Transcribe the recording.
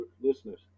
listeners